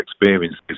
experiences